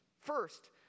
First